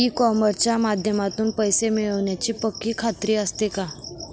E कॉमर्सच्या माध्यमातून पैसे मिळण्याची पक्की खात्री असते का?